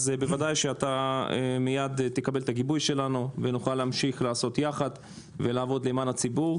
כמובן תקבל את הגיבוי שלנו ונוכל להמשיך לעבוד יחד למען הציבור.